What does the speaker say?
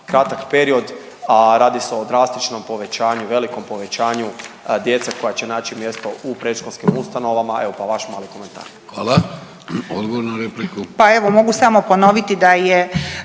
kratak period, a radi se o drastičnom povećanju, velikom povećanju djece koja će naći mjesto u predškolskim ustanovama, evo, pa vaš mali komentar. **Vidović, Davorko (Nezavisni)** Hvala.